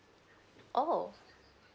orh